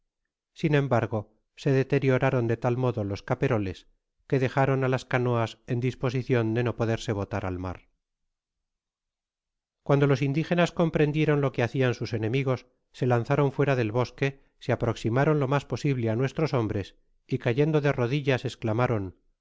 sin embargo se deterioraron de tal modo los ca peroles que dejaron á las canoas en disposicion de no poderse botar al mar cuando los indigenas comprendieron lo que hacian sus enemigos se lanzaron fuera del bosque se aproximaron tomas posible á nuestros hombres y cayendo de rodillas esclamaron